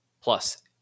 Plus